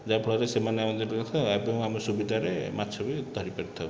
ଯାହାଫଳରେ ସେମାନେ ଏବେ ଆମେ ସୁବିଧାରେ ମାଛ ବି ଧରିପାରିଥାଉ